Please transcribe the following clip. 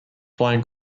flying